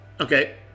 Okay